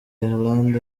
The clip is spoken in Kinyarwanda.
ireland